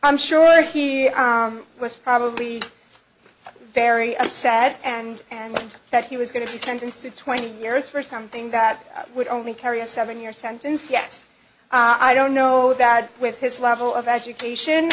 i'm sure he was probably very upset and angry that he was going to be sentenced to twenty years for something that would only carry a seven year sentence yes i don't know that with his level of education